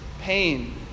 pain